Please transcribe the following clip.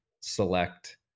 select